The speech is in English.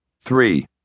Three